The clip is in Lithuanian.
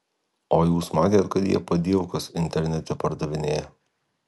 o jūs matėt kad jie padielkas internete pardavinėja